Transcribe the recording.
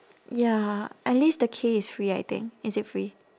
ya at least the K is free I think is it free